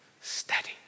Steady